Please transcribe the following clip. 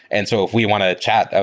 and so if we want to chat,